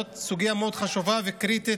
זאת סוגיה מאוד חשובה וקריטית